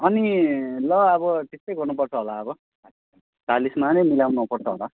अनि ल अब त्यस्तै गर्नुपर्छ होला अब चालिसमा नै मिलाउनुपर्छ होला